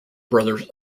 brothers